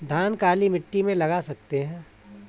धान काली मिट्टी में लगा सकते हैं?